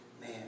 man